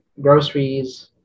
groceries